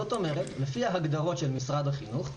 זאת אומרת שלפי ההגדרות של משרד החינוך,